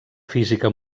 física